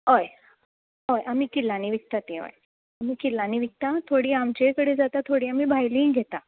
हय हय आमी किलानी विकता तीं हय आमी किलानी विकता थोडीं आमचे कडेन जाता थोडीं आमी भायलींय घेता